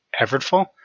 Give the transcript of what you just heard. effortful